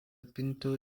pinto